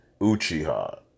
Uchiha